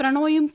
പ്രണോയും P